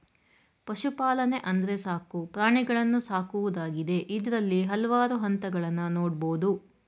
ಪಶುಪಾಲನೆ ಅಂದ್ರೆ ಸಾಕು ಪ್ರಾಣಿಗಳನ್ನು ಸಾಕುವುದಾಗಿದೆ ಇದ್ರಲ್ಲಿ ಹಲ್ವಾರು ಹಂತಗಳನ್ನ ನೋಡ್ಬೋದು